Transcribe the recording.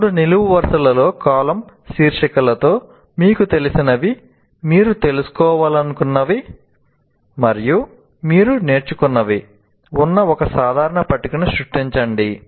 మూడు నిలువు వరుసలతో కాలమ్ శీర్షికలతో 'మీకు తెలిసినవి' 'మీరు తెలుసుకోవాలనుకున్నది' మరియు 'మీరు నేర్చుకున్నవి' ఉన్న ఒక సాధారణ పట్టికను సృష్టించండి